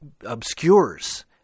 obscures